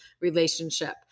relationship